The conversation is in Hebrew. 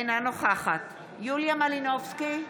אינה נוכחת יוליה מלינובסקי,